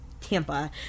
Tampa